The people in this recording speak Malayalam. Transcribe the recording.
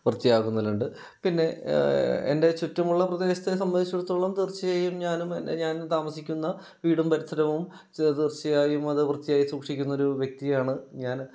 വൃത്തിയാക്കുന്നതിലുണ്ട് പിന്നെ എൻ്റെ ചുറ്റുമുള്ള പ്രദേശത്തെ സംബന്ധിച്ചെടുത്തോളം തീർച്ചയായും ഞാനും എന്റെ ഞാൻ താമസിക്കുന്ന വീടും പരിസരവും ചെ തീർച്ചയായും അത് വൃത്തിയായി സൂക്ഷിക്കുന്ന ഒരു വ്യക്തിയാണ് ഞാൻ